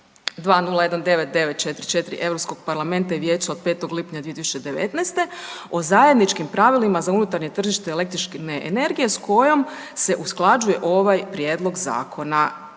2019/944 Europskog parlamenta i vijeća od 5. lipnja 2019. o zajedničkim pravilima za unutarnje tržište električne energije s kojom se usklađuje ovaj prijedlog zakona.